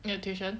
in your tuition